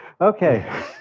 Okay